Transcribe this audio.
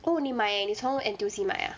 oh 你买你从 N_T_U_C 买 ah